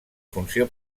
funció